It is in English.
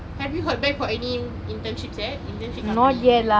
have you heard back from any internships yet internship company